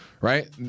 right